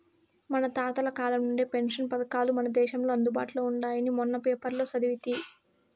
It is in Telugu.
మన తాతల కాలం నుంచే పెన్షన్ పథకాలు మన దేశంలో అందుబాటులో ఉండాయని మొన్న పేపర్లో సదివితి